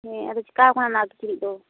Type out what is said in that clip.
ᱦᱮᱸ ᱟᱫᱚ ᱪᱤᱠᱟᱹᱣᱟᱠᱟᱱᱟ ᱚᱱᱟ ᱠᱤᱪᱨᱤᱡ ᱫᱚ